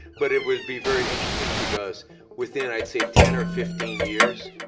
but it would be very interesting because within, i'd say ten or fifteen years,